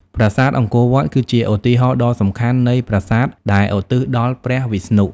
ប្រាសាទអង្គរវត្ត គឺជាឧទាហរណ៍ដ៏សំខាន់នៃប្រាសាទដែលឧទ្ទិសដល់ព្រះវិស្ណុ។